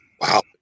Wow